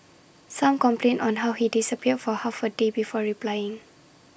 some complained on how he disappeared for half A day before replying